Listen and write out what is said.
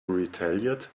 retaliate